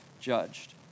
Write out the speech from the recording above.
judged